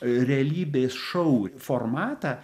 realybės šou formatą